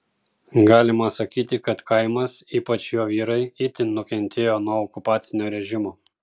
galima sakyti kad kaimas ypač jo vyrai itin nukentėjo nuo okupacinio režimo